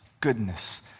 goodness